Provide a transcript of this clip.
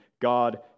God